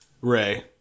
Ray